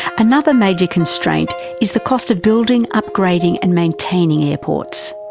another major constraint is the cost of building, upgrading and maintaining airports.